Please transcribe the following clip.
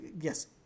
Yes